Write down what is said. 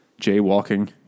jaywalking